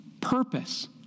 purpose